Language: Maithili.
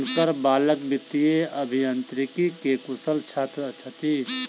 हुनकर बालक वित्तीय अभियांत्रिकी के कुशल छात्र छथि